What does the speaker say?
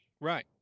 right